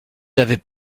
avaient